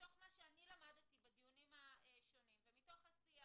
מתוך מה שאני למדתי בדיונים השונים ומתוך השיח